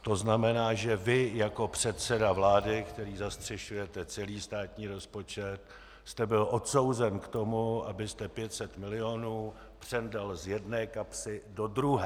To znamená, že vy jako předseda vlády, který zastřešujete celý státní rozpočet, jste byl odsouzen k tomu, abyste 500 milionů přendal z jedné kapsy do druhé.